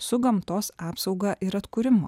su gamtos apsauga ir atkūrimu